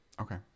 Okay